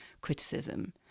criticism